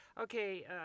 okay